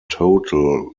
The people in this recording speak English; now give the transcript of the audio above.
total